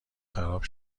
خراب